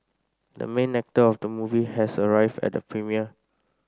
the main actor of the movie has arrived at the premiere